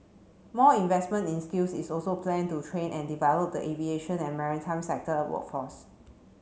more investment in skills is also planned to train and develop the aviation and maritime sector workforce